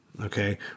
okay